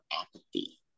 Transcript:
apathy